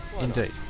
Indeed